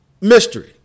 mystery